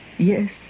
Yes